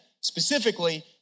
specifically